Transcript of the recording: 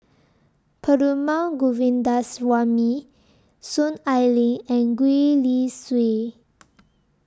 Perumal Govindaswamy Soon Ai Ling and Gwee Li Sui